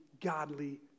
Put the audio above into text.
godly